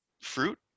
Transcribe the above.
Fruit